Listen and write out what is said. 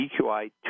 EQI